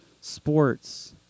sports